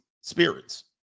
spirits